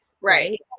Right